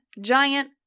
giant